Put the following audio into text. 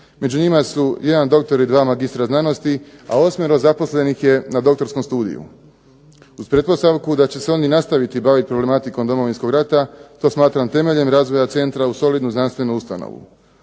Među njima su jedan doktor i 2 magistra znanosti, a 8 zaposlenih je na doktorskom studiju. Uz pretpostavku da će se oni nastaviti baviti problematikom Domovinskog rata to smatram temeljem razvoja centra u solidnu znanstvenu ustanovu.